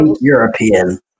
European